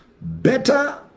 Better